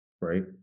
Right